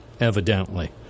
evidently